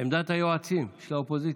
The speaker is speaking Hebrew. בעמדת היועצים של האופוזיציה.